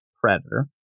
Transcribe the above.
Predator